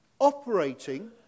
operating